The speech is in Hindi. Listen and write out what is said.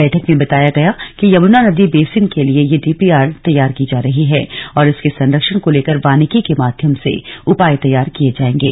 बैठक में बताया गया कि यमुना नदी बेसिन के लिए यह डीपीआर तैयार की जा रही है और इसके संरक्षण को लेकर वानिकी के माध्यम से उपाय तैयार किए जाएंगे